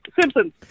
Simpsons